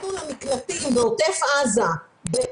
הורדנו למקלטים בעוטף עזה, בצפון,